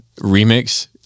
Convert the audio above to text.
remix